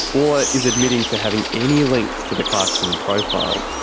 or is admitting to having any links to the clarkson profile.